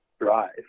drive